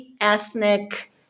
ethnic